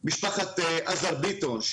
או עזר ביטון,